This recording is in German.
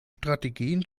strategien